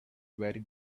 very